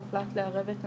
הוחלט לערב את המשטרה.